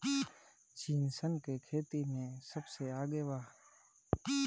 चीन सन के खेती में सबसे आगे बा